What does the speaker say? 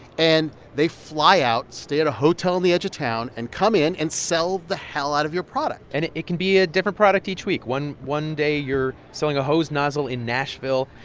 and they fly out, stay at a a hotel on the edge of town and come in and sell the hell out of your product. and it it can be a different product each week one one day, you're selling a hose nozzle in nashville.